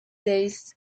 days